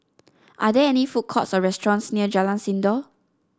are there food courts or restaurants near Jalan Sindor